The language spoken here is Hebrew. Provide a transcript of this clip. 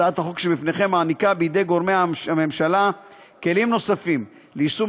הצעת החוק שבפניכם מעניקה בידי גורמי הממשלה כלים נוספים ליישום